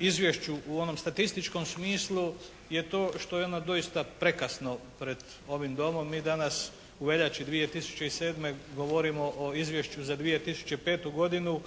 Izvješću u onom statističkom smislu je to što je ona doista prekasno pred ovim Domom. Mi danas u veljači 2007. govorimo o Izvješću za 2005. godinu